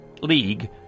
league